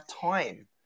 time